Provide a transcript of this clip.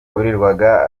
wirirwa